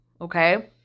okay